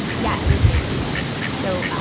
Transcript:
yeah, it would make it mandatory. so.